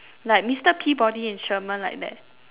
like mister peabody and sherman like that